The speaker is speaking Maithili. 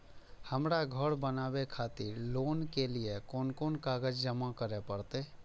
हमरा घर बनावे खातिर लोन के लिए कोन कौन कागज जमा करे परते?